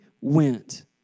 went